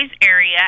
area